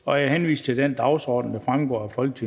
Jeg henviser til den dagsorden, der fremgår af Folketingets